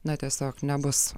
na tiesiog nebus